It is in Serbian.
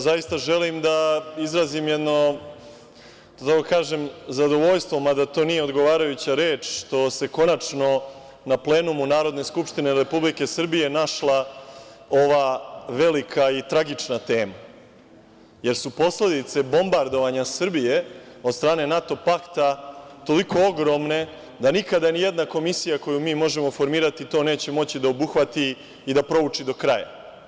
Zaista želim da izrazim jedno, da tako kažem zadovoljstvo, mada to nije odgovarajuća reč, što se konačno na plenumu Narodne skupštine Republike Srbije našla ova velika i tragična tema, jer su posledice bombardovanja Srbije od strane NATO pakta toliko ogromne da nikada ni jedna komisija koju mi možemo formirati to neće moći da obuhvati i da prouči do kraja.